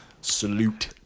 salute